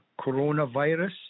coronavirus